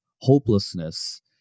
hopelessness